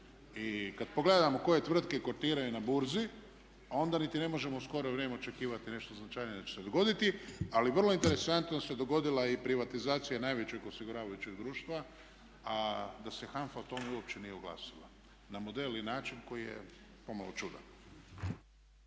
I kad pogledamo koje tvrtke kotiraju na burzi onda niti ne možemo u skoro vrijeme očekivati nešto značajnije da će se dogoditi. Ali vrlo interesantno se dogodila i privatizacija najvećeg osiguravajućeg društva a da se HANFA o tome uopće nije oglasila. Na model i način koji je pomalo čudan.